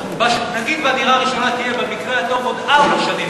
נגיד שהדירה הראשונה תהיה במקרה הטוב עוד ארבע שנים,